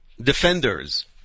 defenders